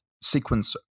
sequence